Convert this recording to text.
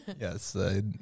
Yes